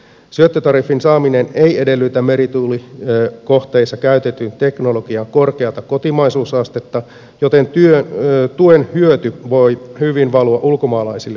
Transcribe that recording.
syöttötariffin saaminen ei edellytä merituulikohteissa käytetyn teknologian korkeata kotimaisuusastetta joten tuen hyöty voi hyvin valua ulkomaalaisille yrityksille